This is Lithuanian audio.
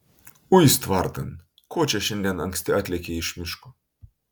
uis tvartan ko čia šiandien anksti atlėkei iš miško